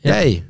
Hey